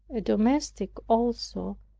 a domestic also,